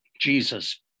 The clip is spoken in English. Jesus